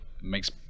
makes